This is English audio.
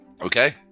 Okay